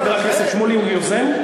חבר הכנסת שמולי הוא היוזם?